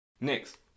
Next